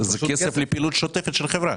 זה לפעילות שוטפת של החברה.